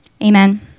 Amen